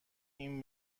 این